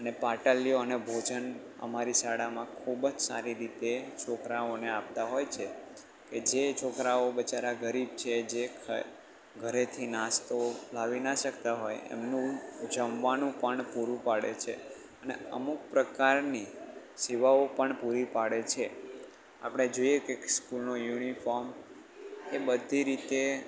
અને પાટલીઓ અને ભોજન અમારી શાળામાં ખૂબ જ સારી રીતે છોકરાઓને આપતાં હોય છે કે જે છોકરાઓ બીચારા ગરીબ છે જે ઘરેથી નાસ્તો લાવી ન શકતા હોય એમનું જમવાનું પણ પૂરું પાડે છે અને અમુક પ્રકારની સેવાઓ પણ પૂરી પાડે છે આપણે જોઈએ કે સ્કૂલનો યુનિફોર્મ એ બધી રીતે